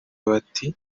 bati